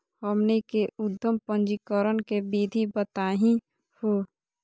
हमनी के उद्यम पंजीकरण के विधि बताही हो?